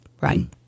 right